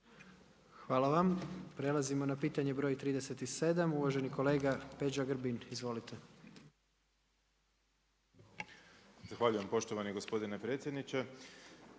Hvala vam. Prelazimo na pitanje br. 37. Uvaženi kolega Peđa Grbin, izvolite. **Grbin, Peđa (SDP)** Zahvaljujem poštovani gospodine predsjedniče.